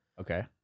Okay